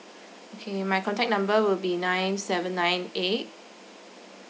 okay my contact number will be nine seven nine eight